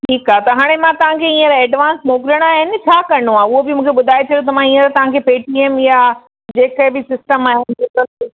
ठीकु आहे त हाणे मां तव्हांखे हींअर एडवांस मोकिलिणा आहिनि छा करिणो आहे उहो बि मूंखे ॿुधाए छॾियो त मां हींअर तव्हांखे पेटीएम या जेसे बि सिस्टम आहे गूगल पे